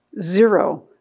zero